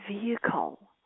vehicle